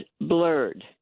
blurred